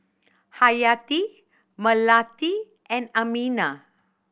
Hayati Melati and Aminah